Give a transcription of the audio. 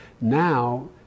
now